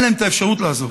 אין להם את האפשרות לעזוב,